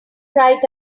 right